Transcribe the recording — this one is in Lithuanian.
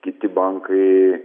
kiti bankai